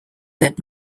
that